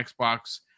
xbox